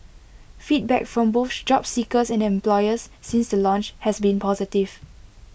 feedback from both job seekers and employers since the launch has been positive